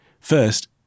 First